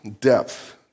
depth